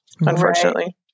Unfortunately